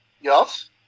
Yes